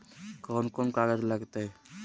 कौन कौन कागज लग तय?